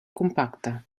compacte